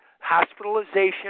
hospitalization